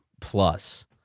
plus